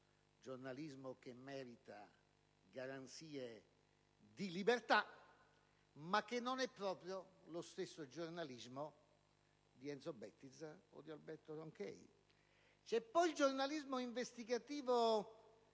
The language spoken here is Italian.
il giornalismo investigativo